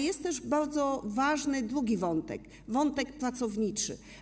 Jest też bardzo ważny drugi wątek - wątek pracowniczy.